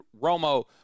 Romo